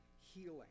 healing